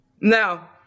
Now